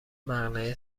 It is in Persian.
مقنعه